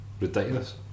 Ridiculous